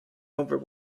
over